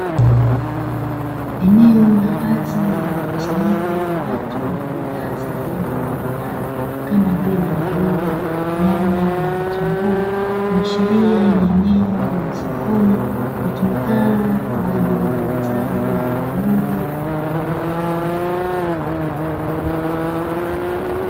Eneo la wazi lenye mkusanyiko wa watu na bidhaa za aina mbalimbali kama vile maboga, nyanya na vitunguu. kuashiria ni eneo la sokoni, litumikalo kwa ajili ya uuzaji na ununuzi wa bidhaa mbalimbali.